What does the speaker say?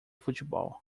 futebol